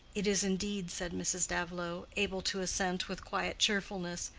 it is indeed, said mrs. davilow able to assent with quiet cheerfulness,